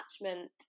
attachment